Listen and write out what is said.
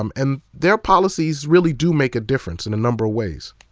um and their policies really do make a difference in a number of ways.